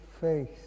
faith